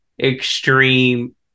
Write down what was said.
extreme